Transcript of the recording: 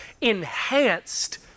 enhanced